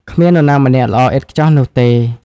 គ្មាននរណាម្នាក់ល្អឥតខ្ចោះនោះទេ។